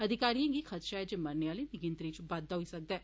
अधिकारिए गी खदशा ऐ जे मरने अले दी गिनतरी च बाद्दा होई सकदा ऐ